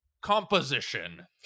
composition